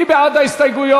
מי בעד ההסתייגויות?